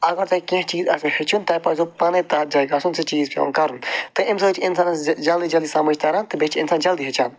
اَگر تۄہہِ کیٚنٛہہ چیٖز آسیو ہیٚچھُن تۄہہِ پَزیو پانَے تَتھ جایہِ گژھُن سُہ چیٖز پٮ۪وان کَرُن تہٕ اَمہِ سۭتۍ چھِ اِنسانَس جلدی جلدی سمجھ تَران تہٕ بیٚیہِ چھِ اِنسان جلدی ہیٚچھان